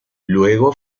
luego